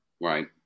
Right